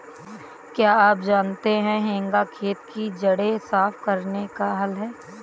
क्या आप जानते है हेंगा खेत की जड़ें साफ़ करने का हल है?